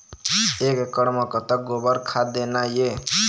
एक एकड़ म कतक गोबर खाद देना ये?